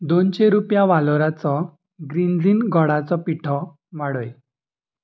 दोनशे रुपया वालोराचो ग्रिनझीन गोडाचो पिठो वाडय